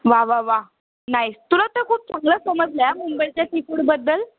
वा वा वा नाईस तुला तर खूप चांगलं समजलं आहे हां मुंबईच्या सीफूडबद्दल